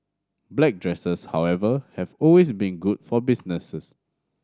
black dresses however have always been good for businesses